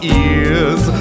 ears